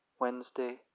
Wednesday